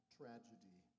tragedy